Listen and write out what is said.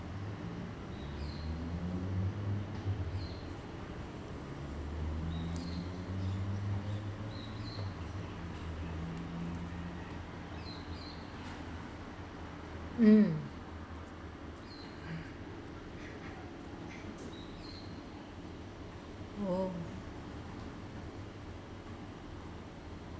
mm oh